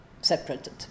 Separated